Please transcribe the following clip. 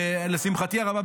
לשמחתי הרבה,